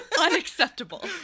unacceptable